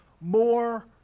more